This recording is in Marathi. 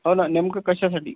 हो न नेमकं कशासाठी